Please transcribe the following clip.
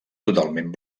totalment